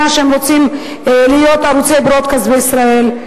שהם רוצים להיות ערוצי broadcast בישראל?